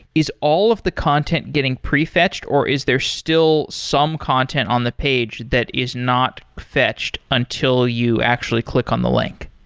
is all of the content getting pre-fetched or is there still some content on the page that is not fetched until you actually click on the link?